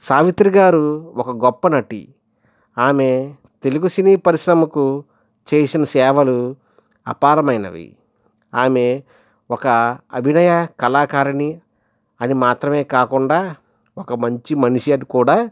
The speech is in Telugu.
సావిత్రి గారు ఒక గొప్ప నటి ఆమె తెలుగు సినీ పరిశ్రమకు చేసిన సేవలు అపారమైనవి ఆమె ఒక అభినయ కళాకారిణి అని మాత్రమే కాకుండా ఒక మంచి మనిషి అని కూడా